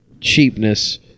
cheapness